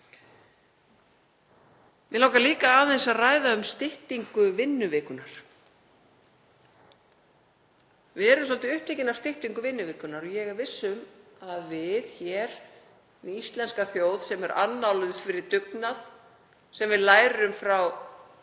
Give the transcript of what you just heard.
Mig langar líka aðeins að ræða um styttingu vinnuvikunnar. Við erum svolítið upptekin af styttingu vinnuvikunnar. Ég er viss um að við, íslensk þjóð sem er annáluð fyrir dugnað, sem lærum frá